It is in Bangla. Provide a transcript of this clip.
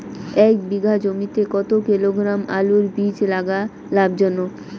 এক বিঘা জমিতে কতো কিলোগ্রাম আলুর বীজ লাগা লাভজনক?